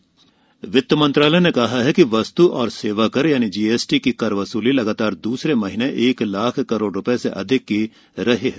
सरकार जीएसटी वित्त मंत्रालय ने कहा है कि वस्तु और सेवा कर जीएसटी की कर वसूली लगातार दूसरे महीने एक लाख करोड़ रुपये से अधिक रही है